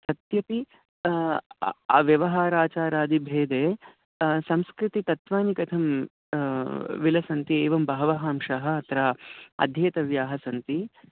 इत्यपि व्यवहाराचारादिभेदे संस्कृतितत्वानि कथं विलसन्ति एवं बहवः अंशाः अत्र अध्येतव्याः सन्ति